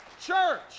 Church